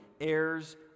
heirs